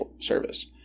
service